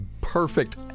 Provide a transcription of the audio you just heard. perfect